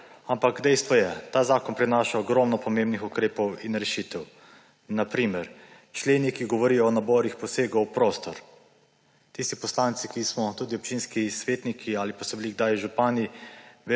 zakona. Dejstvo je, da ta zakon prinaša ogromno pomembnih ukrepov in rešitev. Na primer členi, ki govorijo o naborih posegov v prostor. Tisti poslanci, ki smo tudi občinski svetniki ali pa so bili kdaj župani,